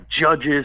judges